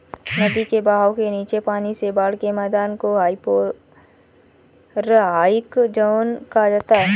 नदी के बहाव के नीचे पानी से बाढ़ के मैदान को हाइपोरहाइक ज़ोन कहा जाता है